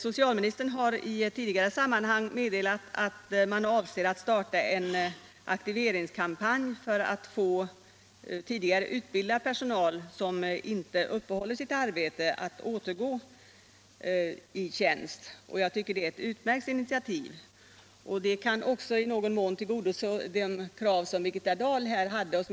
Socialministern har i ett tidigare sammanhang meddelat att man avser att starta en aktiveringskampanj för att få tidigare utbildad personal, som inte uppehåller sitt arbete, att återgå i tjänst. Jag tycker det är ett utmärkt initiativ. Detta kan i någon mån tillgodose vad Birgitta Dahl kräver.